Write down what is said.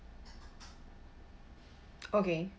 okay